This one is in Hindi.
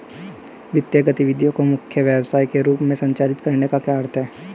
वित्तीय गतिविधि को मुख्य व्यवसाय के रूप में संचालित करने का क्या अर्थ है?